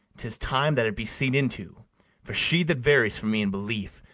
tis time that it be seen into for she that varies from me in belief,